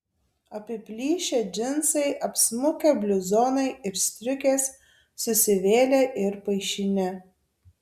apiplyšę džinsai apsmukę bliuzonai ir striukės susivėlę ir paišini